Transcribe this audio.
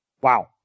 Wow